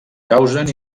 causen